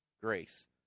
grace